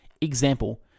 Example